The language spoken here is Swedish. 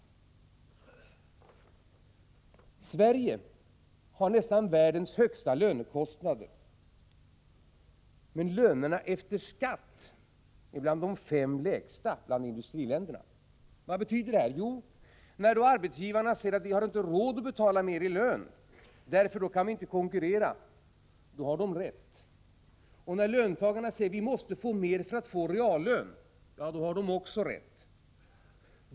Sverige har nästan världens högsta lönekostnader, men lönerna efter skatt är bland de fem lägsta bland industriländerna. Vad betyder detta? Jo, när arbetsgivarna säger: Vi har inte råd att betala mer i lön, eftersom vi då inte kan konkurrera, har de rätt. När löntagarna säger: Vi måste få mer för att få höjd reallön, då har även de rätt.